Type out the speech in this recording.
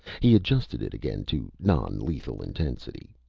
he adjusted it again to non-lethal intensity.